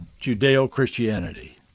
Judeo-Christianity